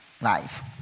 Life